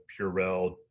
Purell